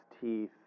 teeth